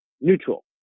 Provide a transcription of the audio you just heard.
neutral